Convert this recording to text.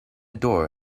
door